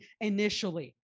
initially